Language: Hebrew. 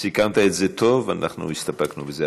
סיכמת את זה טוב ואנחנו הסתפקנו בזה.